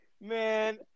Man